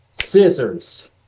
scissors